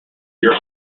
your